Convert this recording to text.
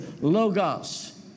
Logos